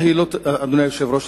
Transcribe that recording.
אדוני היושב-ראש,